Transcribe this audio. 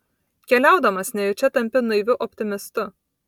keliaudamas nejučia tampi naiviu optimistu